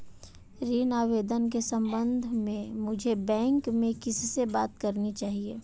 ऋण आवेदन के संबंध में मुझे बैंक में किससे बात करनी चाहिए?